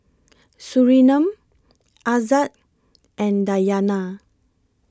Surinam Aizat and Dayana